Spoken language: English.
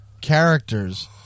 characters